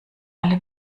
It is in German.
alle